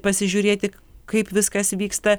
pasižiūrėti kaip viskas vyksta